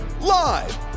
live